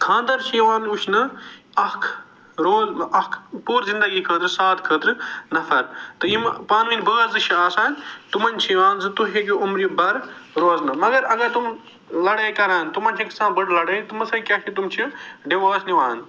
خانٛدر چھُ یِوان وٕچھنہٕ اکھ رول اکھ پوٗرٕ زِندگی خٲطرٕ سات خٲطرٕ نفر تہٕ یِمہٕ پانؤنۍ بٲژ زٕ چھِ آسان تِمن چھِ یِوان زٕ تُہۍ ہیٚکِو عُمرِ بھر روزنہٕ مگر اگر تِم لڑٲے کَران تِمن چھِ گَژھان بٔڑ لَڑٲے تِمن سۭتۍ کیٛاہ چھِ تِم چھِ ڈِوٲرٕس نِوان